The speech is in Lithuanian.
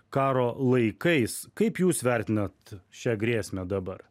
karo laikais kaip jūs vertinat šią grėsmę dabar